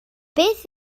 beth